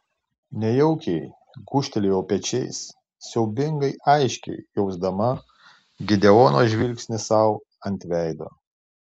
nejaukiai gūžtelėjau pečiais siaubingai aiškiai jausdama gideono žvilgsnį sau ant veido